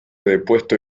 depuesto